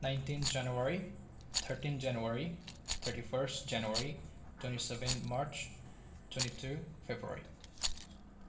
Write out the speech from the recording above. nineteen January thirteen January thirty first January twenty seven March twenty two February